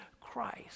Christ